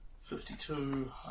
fifty-two